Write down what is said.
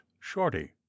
Shorty